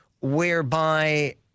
whereby